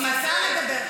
למה לזלזל בי?